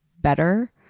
better